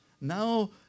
Now